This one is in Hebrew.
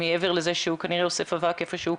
מעבר לזה שהוא כנראה אוסף אבק איפשהו,